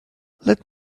let